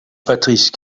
patrice